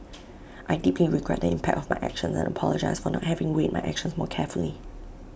I deeply regret the impact of my actions and apologise for not having weighed my actions more carefully